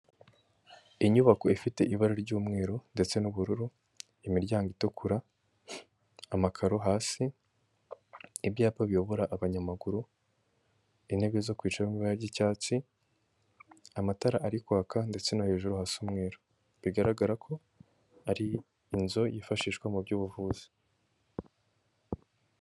Inyubako ifite ibara ry'umweru ndetse n'ubururu, imiryango itukura amakaro hasi, ibyapa biyobora abanyamaguru, intebe zo kwicaraho mu ibara ryicyatsi amatara ari kwaka ndetse no hejuru hasa umweru, bigaragara ko ari inzu yifashishwa mu by'ubuvuzi.